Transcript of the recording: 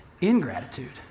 ingratitude